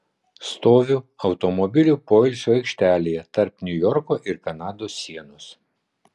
stoviu automobilių poilsio aikštelėje tarp niujorko ir kanados sienos